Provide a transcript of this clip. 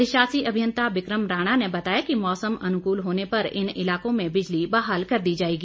अधिशासी अभियंता बिक्रम राणा ने बताया कि मौसम अनुकूल होने पर इन इलाकों में बिजली बहाल कर दी जाएगी